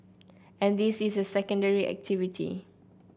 and this is a secondary activity